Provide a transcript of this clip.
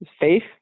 Faith